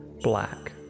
black